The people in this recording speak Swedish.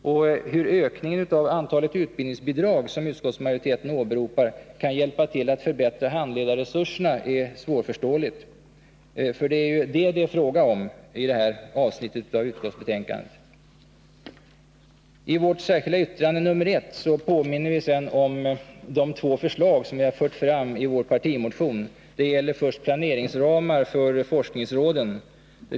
och hur ökningen av antalet utbildningsbidrag, som utskottsmajoriteten åberopar, kan hjälpa till att förbättra handledarresurserna är svårförståeligt, för det är ju detta det är fråga om i det här avsnittet av utskottsbetänkandet. I vårt särskilda yttrande 1 påminner vi om två av de förslag vi framfört i vår partimotion. Det gäller först planeringsramar för forskningsråden.